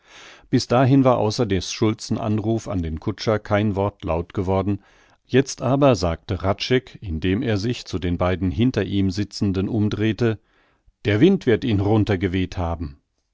bis dahin war außer des schulzen anruf an den kutscher kein wort laut geworden jetzt aber sagte hradscheck indem er sich zu den beiden hinter ihm sitzenden umdrehte der wind wird ihn runter geweht haben